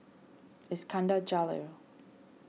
Iskandar Jalil